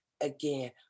again